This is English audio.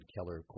Keller